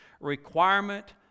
requirement